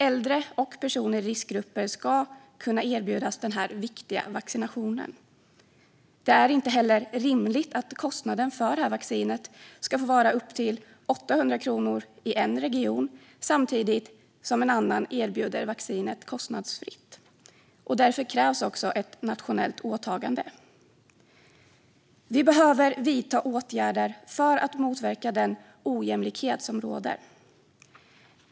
Äldre och personer i riskgrupper ska kunna erbjudas den här viktiga vaccinationen. Det är inte heller rimligt att kostnaden för vaccinet ska få vara upp till 800 kronor i en region, samtidigt som en annan erbjuder vaccinet kostnadsfritt. Därför krävs ett nationellt åtagande. Vi behöver vidta åtgärder för att motverka den ojämlikhet som råder.